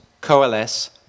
coalesce